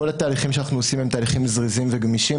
כל התהליכים שאנחנו עושים הם תהליכים זריזים וגמישים.